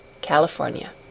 California